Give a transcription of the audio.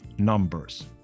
numbers